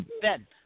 Ben